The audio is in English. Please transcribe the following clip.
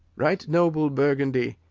right noble burgundy,